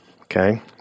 okay